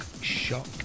shock